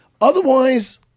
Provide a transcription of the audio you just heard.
otherwise